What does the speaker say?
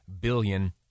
billion